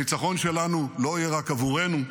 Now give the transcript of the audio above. הניצחון שלנו לא יהיה רק עבורנו,